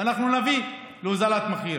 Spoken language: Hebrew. ואנחנו נביא להורדת מחיר.